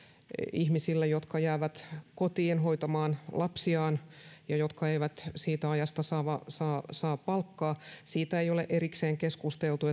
ihmisille jotka jäävät kotiin hoitamaan lapsiaan ja jotka eivät siitä ajasta saa saa palkkaa siitä ei ole erikseen keskusteltu